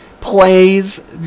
plays